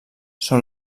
són